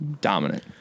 dominant